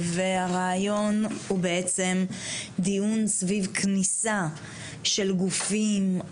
הרעיון הוא בעצם דיון סביב כניסה של גופים,